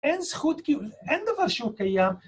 אין זכות, אין דבר שהוא קיים